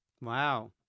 Wow